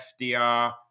FDR